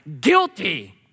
guilty